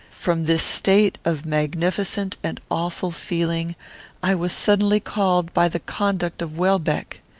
from this state of magnificent and awful feeling i was suddenly called by the conduct of welbeck.